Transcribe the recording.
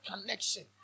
connection